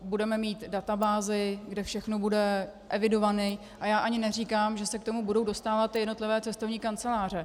Budeme mít databázi, kde všechno bude evidováno, a já ani neříkám, že se k tomu budou dostávat jednotlivé cestovní kanceláře.